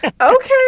okay